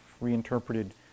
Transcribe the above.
reinterpreted